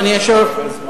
אדוני היושב-ראש,